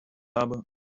habe